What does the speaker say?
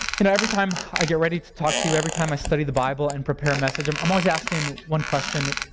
and every time i get ready to talk to you, every time i study the bible and prepare a message, um i'm always asking one question